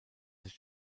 sich